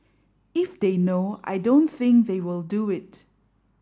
if they know I don't think they will do it